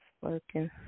working